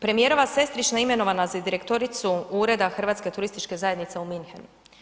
Premijerova sestrična imenovana za direktoricu ureda Hrvatske turističke zajednice u Münchenu.